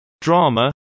drama